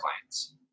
clients